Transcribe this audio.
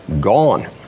gone